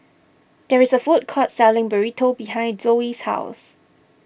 there is a food court selling Burrito behind Zoe's house